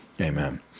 Amen